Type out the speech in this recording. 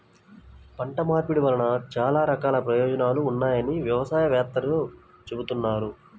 పంట మార్పిడి వలన చాలా రకాల ప్రయోజనాలు ఉన్నాయని వ్యవసాయ వేత్తలు చెబుతున్నారు